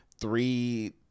three